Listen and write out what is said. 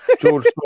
George